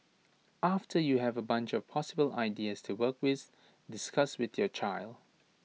after you have A bunch of possible ideas to work with discuss with your child